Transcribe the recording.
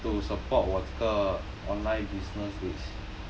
to support 我这个 online business which